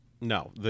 No